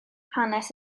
hanes